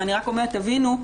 אני רק אומרת שתבינו.